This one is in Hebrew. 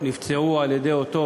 שנפצעו על-ידי אותו